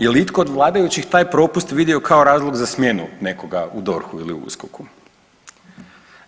Je li itko od vladajućih taj propust vidio kao razlog za smjenu nekoga u DORH-u ili u USKOK-u?